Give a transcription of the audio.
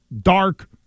dark